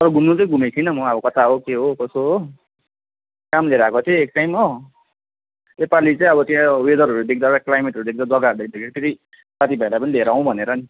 तर घुम्नु चाहिँ घुमेको छैन म अब कता हो के हो कसो हो काम लिएर आएको थिएँ एक टाइम हो यो पालि चाहिँ अब त्यो वेदरहरू देख्दा र क्लाइमेटहरू देख्दा त जग्गाहरू देख्दाखेरि साथीभाइलाई पनि लिएर आऊँ भनेर नि